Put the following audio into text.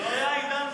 לא היה עידן כזה,